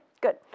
good